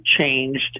changed